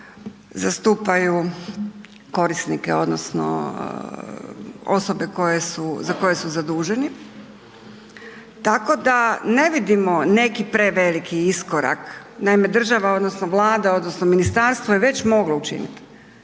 zastupaju korisnike odnosno osobe za koje su zaduženi, tako da ne vidimo neki preveliki iskorak. Naime, država odnosno vlada odnosno ministarstvo je već moglo učiniti